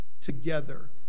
together